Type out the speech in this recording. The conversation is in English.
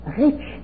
rich